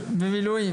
במילואים.